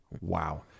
Wow